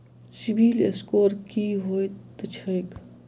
CIBIL score की होइत छैक?